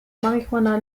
marijuana